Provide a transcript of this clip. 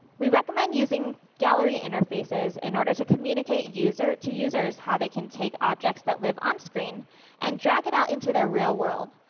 we recommend using gallery interfaces in order to communicate user to users how they can take objects that live on screen and drag it out into their real world.